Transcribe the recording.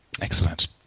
Excellent